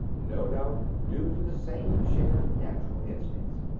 no doubt due to the same shared natural instincts.